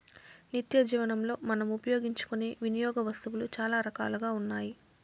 నిత్యజీవనంలో మనం ఉపయోగించుకునే వినియోగ వస్తువులు చాలా రకాలుగా ఉన్నాయి